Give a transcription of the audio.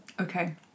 Okay